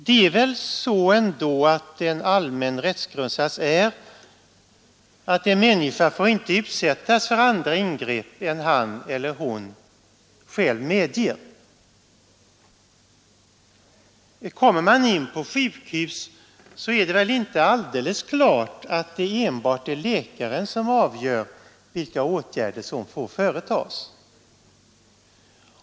Det är väl ändå så att en allmän rättsgrundsats är att en människa inte får utsättas för andra ingrepp än han eller hon medger. Kommer man in på sjukhus är det väl inte alldeles klart att det enbart är läkaren som avgör vilka åtgärder som får vidtas.